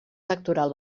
electoral